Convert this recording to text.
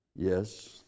Yes